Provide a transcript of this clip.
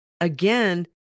again